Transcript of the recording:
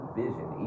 vision